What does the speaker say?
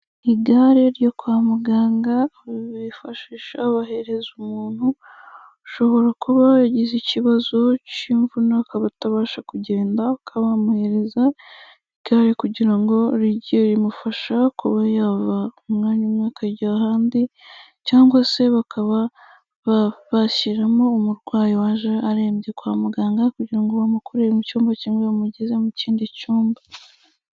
Igare ryo kwa muganga bifashisha bahereza umuntu ushobora kuba yagize ikibazo cy'imvune akaba atabasha kugenda, bakaba bamuhereza igare kugira ngo rijye rimufasha kuba yava mu mwanya umwe akajya ahandi, cyangwa se bakaba bashyiramo umurwayi waje arembye kwa muganga, kugira ngo bamukure mu cyumba kimwe bamugeze mu kindi cyumba.